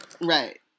Right